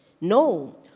No